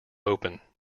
open